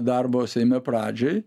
darbo seime pradžiai